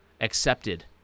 accepted